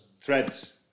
Threads